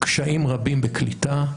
קשיים רבים בקליטה,